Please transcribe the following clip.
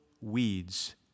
weeds